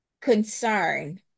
concern